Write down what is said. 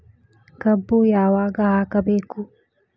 ಕಬ್ಬು ಯಾವಾಗ ಹಾಕಬೇಕು?